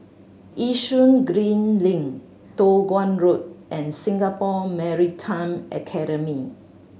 Yishun Green Link Toh Guan Road and Singapore Maritime Academy